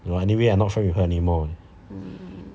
ya anyway I not friend with her anymore